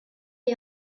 est